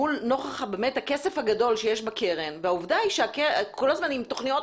נוכח הכסף הגדול שיש בקרן והעובדה שהקרן כל הזמן עם תוכניות,